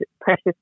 precious